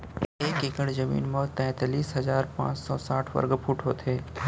एक एकड़ जमीन मा तैतलीस हजार पाँच सौ साठ वर्ग फुट होथे